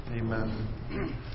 Amen